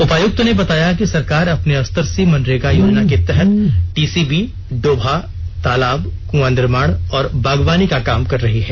उपायुक्त ने बताया कि सरकार अपने स्तर से मनरेगा योजना के तहत टीसीबी डोभा तालाब कुऑ निर्माण और बागबानी का काम कर रही है